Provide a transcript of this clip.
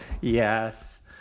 Yes